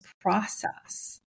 process